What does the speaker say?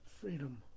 freedom